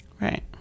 right